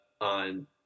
on